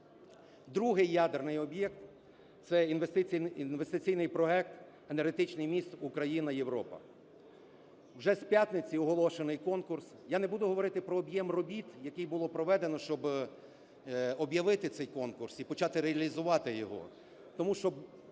Другий ядерний об'єкт – це інвестиційний проект Енергетичний міст "Україна – Європа". Вже з п'ятниці оголошений конкурс, я не буду говорити про об'єм робіт, який було проведено, щоб об'явити цей конкурс і почати реалізувати його, тому що